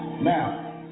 Now